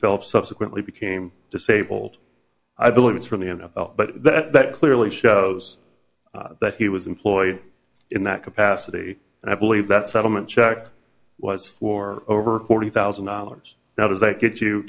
phelps subsequently became disabled i believe it's from the n f l but that clearly shows that he was employed in that capacity and i believe that settlement check was for over forty thousand dollars now does that get you